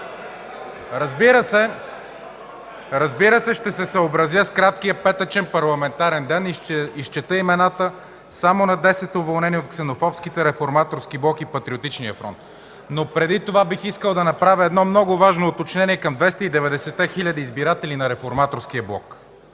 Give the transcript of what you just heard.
Разбира се, ще се съобразя с краткия петъчен парламентарен ден и ще изчета имената само на десет уволнени от ксенофобските Реформаторски блок и Патриотичния фронт. Преди това бих искал да направя едно много важно уточнение към 290-те хиляди избиратели на Реформаторския блок.